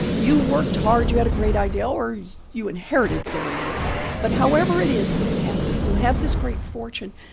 you worked hard. you had a great idea or you inherited very well but however it is that it happened, you have this great fortune.